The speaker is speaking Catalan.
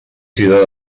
cridar